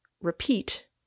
repeat